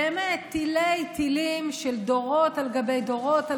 באמת תילי-תילים של דורות על גבי דורות על